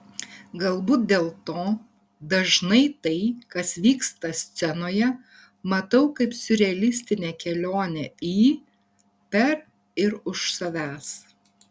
galbūt dėl to dažnai tai kas vyksta scenoje matau kaip siurrealistinę kelionę į per ir už savęs